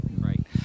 Right